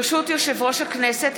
ברשות יושב-ראש הכנסת,